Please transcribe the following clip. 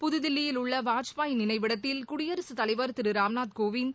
புதுதில்லியில் உள்ள வாஜ்பாய் நினைவிடத்தில் குடியரசுத் தலைவர் திரு ராம்நாத் கோவிந்த்